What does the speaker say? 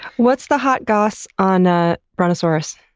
what's the hot goss on ah brontosaurus?